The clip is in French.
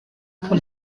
pour